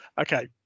Okay